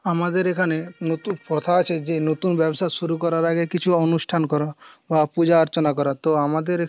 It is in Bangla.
আমাদের এখানে নতুন প্রথা আছে যে নতুন ব্যবসা শুরু করার আগে কিছু অনুষ্ঠান করার বা পূজা অর্চনা করা তো আমাদের